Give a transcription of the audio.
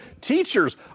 teachers